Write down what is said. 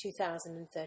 2013